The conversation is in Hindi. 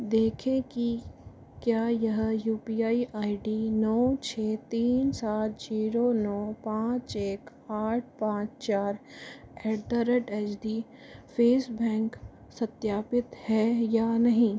देखें कि क्या यह U P I I D नौ छः तीन सात ज़ीरो नौ पाँच एक आठ पाँच चार at the rate H D FC bank सत्यापित है या नहीं